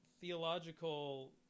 theological